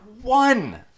one